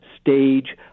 stage